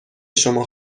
شما